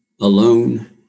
alone